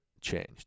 changed